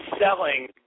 selling